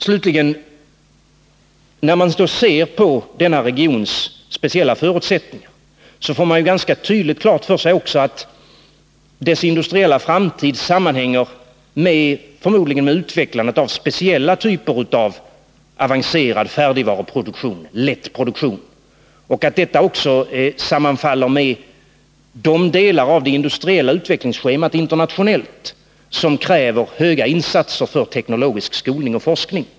Slutligen: När man ser på denna regions speciella förutsättningar får man ganska tydligt klart för sig att dess industriella framtid förmodligen sammanhänger med utvecklandet av speciella typer av avancerad färdigvaruproduktion, lätt produktion, och att detta också sammanfaller med de delar av det industriella utvecklingsschemat internationellt som kräver höga insatser för teknologisk skolning och forskning.